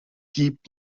deep